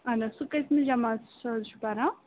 اَہن حظ سُہ کٔژمہِ جماژ حظ چھُ پَران